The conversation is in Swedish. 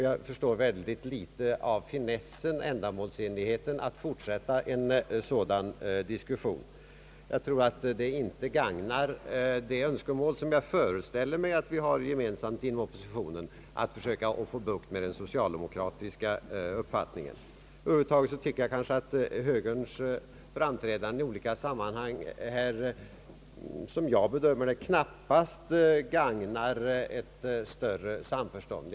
Jag förstår väldigt litet av finessen eiler ändamålsenligheten i att fortsätta en sådan diskussion — jag tror inte att den gagnar det önskemål, som jag föreställer mig att vi har gemensamt inom oppositionen: att söka få bukt med den socialdemokratiska uppfattningen. Över huvud taget tycker jag nog att högerns framträdande i olika sammanhang — som jag bedömer det — knappast gagnar ett vidare samförstånd.